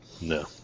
No